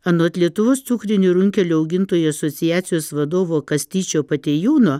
anot lietuvos cukrinių runkelių augintojų asociacijos vadovo kastyčio patėjūno